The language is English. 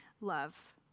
love